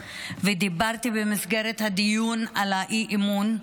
ודיברתי, במסגרת הדיון על האי-אמון,